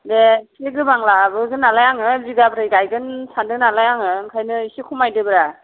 दे एसे गोबां लाबोगोन नालाय आङो बिगाब्रै गायगोन सान्दों नालाय आङो ओंखायनो एसे खमायदोब्रा